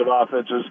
offenses